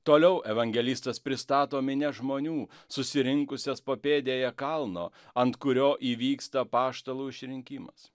toliau evangelistas pristato minia žmonių susirinkusias papėdėje kalno ant kurio įvyksta apaštalų išrinkimas